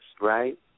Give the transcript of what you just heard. Right